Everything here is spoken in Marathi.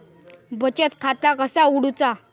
बचत खाता कसा उघडूचा?